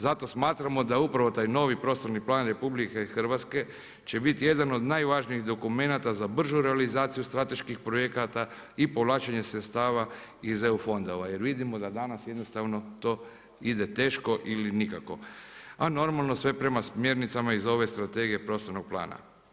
Zato smatramo da upravo taj novi prostorni plan RH će biti jedan od najvažnijih dokumenata za bržu realizaciju strateških projekata i povlačenje sredstava iz eu fondova jer vidimo da danas jednostavno to ide teško ili nikako, a normalno sve prema smjernicama iz ove Strategije prostornog plana.